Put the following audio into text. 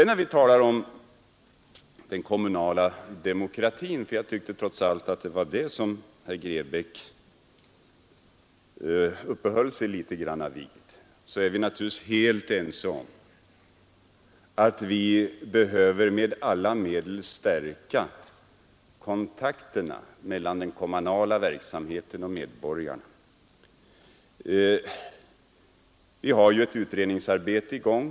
När vi talar om den kommunala demokratin — jag tyckte att herr Grebäck uppehöll sig litet vid denna — är vi naturligtvis helt ense om att vi med alla medel behöver stärka kontakterna mellan den kommunala verksamheten och medborgarna. Vi har ju ett utredningsarbete i gång.